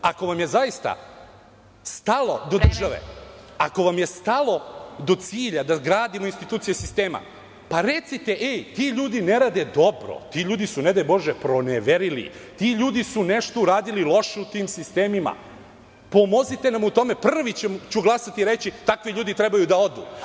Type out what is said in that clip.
Ako vam je zaista stalo do države, do cilja, da gradimo institucije sistema, recite, ti ljudi ne rade dobro, ti ljudi su proneverili, ti ljudi su nešto uradili loše u tim sistemima, pomozite u tom i prvi ću glasati i reći, dakle, takvi ljudi treba da odu.